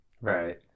right